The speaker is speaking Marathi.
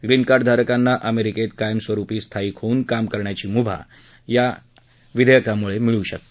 ग्रीनकार्डधारकांना अमेरिकेत कायमस्वरुपी स्थाईक होऊन काम करण्याची मुभा या विधेयकामुळे मिळू शकते